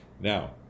Now